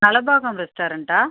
Nalabagam ரெஸ்டாரண்ட்டா